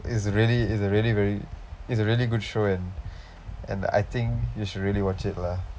it's really it's a really very it's a really good show and and I think you should really watch it lah